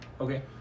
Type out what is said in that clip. Okay